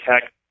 Tech